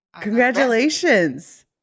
Congratulations